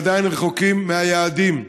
אבל עדיין רחוקים מהיעדים.